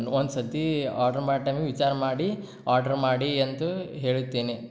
ಒಂದು ಸರ್ತಿ ಆರ್ಡ್ರ್ ಮಾಡೋ ಟೈಮಿಗೆ ವಿಚಾರ ಮಾಡಿ ಆರ್ಡ್ರ್ ಮಾಡಿ ಅಂತ್ಲೂ ಹೇಳುತ್ತೇನೆ